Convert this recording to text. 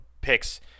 picks